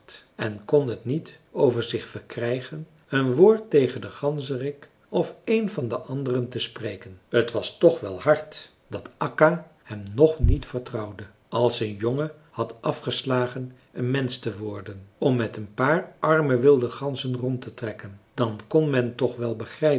en kon het niet over zich verkrijgen een woord tegen den ganzerik of een van de anderen te spreken t was toch wel hard dat akka hem nog niet vertrouwde als een jongen had afgeslagen een mensch te worden om met een paar arme wilde ganzen rond te trekken dan kon men toch wel